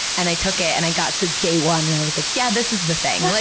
and i took it and i got to day one and i was like, yeah, this is the thing. like